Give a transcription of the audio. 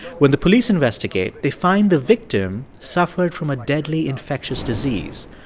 when the police investigate, they find the victim suffered from a deadly infectious disease,